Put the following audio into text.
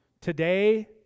today